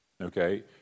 okay